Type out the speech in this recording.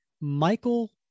Michael